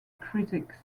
critics